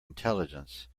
intelligence